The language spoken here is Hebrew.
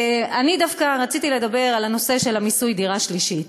אני דווקא רציתי לדבר על הנושא של מיסוי דירה שלישית.